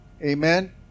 Amen